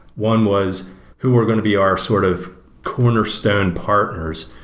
one was who were going to be our sort of cornerstone partners,